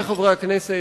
עמיתי חברי הכנסת,